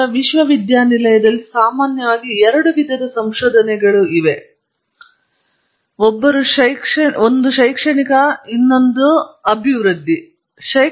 ನಂತರ ವಿಶ್ವವಿದ್ಯಾನಿಲಯದಲ್ಲಿ ಸಾಮಾನ್ಯವಾಗಿ ಎರಡು ವಿಧದ ಸಂಶೋಧನೆಗಳು ಇವೆ ಒಬ್ಬರು ಶೈಕ್ಷಣಿಕ ಇನ್ನೊಬ್ಬರು ಅಭಿವೃದ್ಧಿ ಹೊಂದಿದ್ದಾರೆ